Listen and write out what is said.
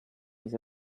his